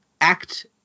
act